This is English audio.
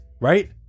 Right